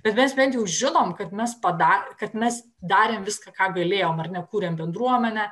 bet mes bent jau žinom kad mes pada kad mes darėm viską ką galėjom ar ne kūrėm bendruomenę